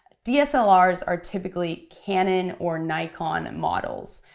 dslrs are typically canon or nikon models,